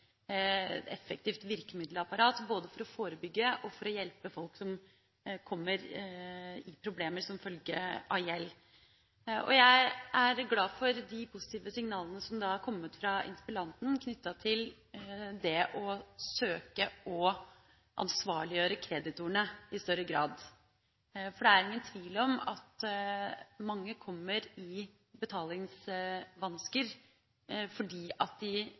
effektivt virkemiddelapparat, både for å forebygge og for å hjelpe folk som kommer i problemer som følge av gjeld. Jeg er glad for de positive signalene som er kommet fra interpellanten, knyttet til det å søke å ansvarliggjøre kreditorene i større grad. For det er ingen tvil om at mange kommer i betalingsvansker fordi de blir utsatt for for store fristelser – større enn det de